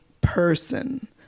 person